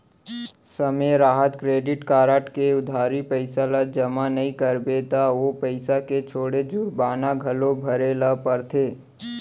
समे रहत credit card के उधारी पइसा ल जमा नइ करबे त ओ पइसा के छोड़े जुरबाना घलौ भरे ल परथे